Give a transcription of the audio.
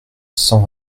cent